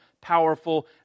powerful